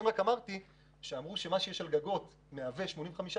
רק אמרתי שזה שאמרו שמה שיש על הגגות מהווה 85%,